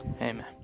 Amen